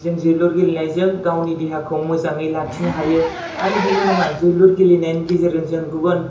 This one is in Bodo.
जों जोलुर गेलेनायजों जों गावनि देहाखौ मोजाङै लाखिनो हायो आरो बेल' नङा जोलुर गेलेनायनि गेजेरजों जों गुबुन